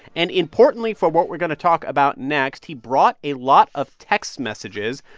and importantly for what we're going to talk about next, he brought a lot of text messages,